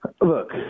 Look